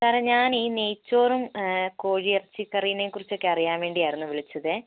സാറേ ഞാൻ ഈ നെയ്ച്ചോറും കോഴിയിറച്ചിക്കറീനേം കുറിച്ചൊക്കെ അറിയാൻ വേണ്ടിയായിരുന്നു വിളിച്ചതേ